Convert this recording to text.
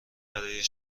برای